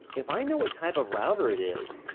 if i know what type of router it is,